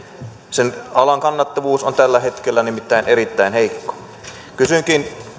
sen alan kannattavuus on tällä hetkellä nimittäin erittäin heikko kysynkin